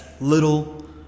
little